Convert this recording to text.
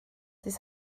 dydd